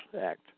act